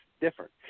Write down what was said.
different